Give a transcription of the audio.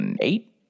eight